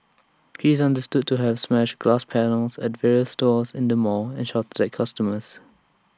he is understood to have smashed glass panels at various stores in the mall and shouted at customers